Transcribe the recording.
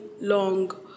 long